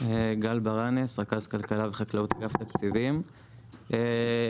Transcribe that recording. אני רכז כלכלה וחקלאות באגף התקציבים באוצר.